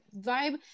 vibe